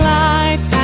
life